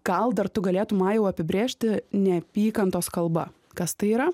gal dar tu galėtm ajau apibrėžti neapykantos kalba kas tai yra